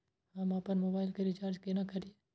हम आपन मोबाइल के रिचार्ज केना करिए?